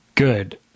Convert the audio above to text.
good